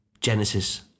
Genesis